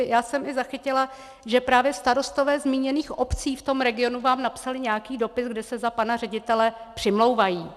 Já jsem i zachytila, že právě starostové zmíněných obcí v regionu vám napsali nějaký dopis, kde se za pana ředitele přimlouvají.